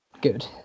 Good